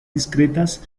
discretas